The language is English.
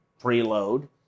preload